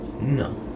No